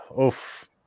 Oof